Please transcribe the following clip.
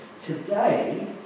Today